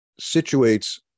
situates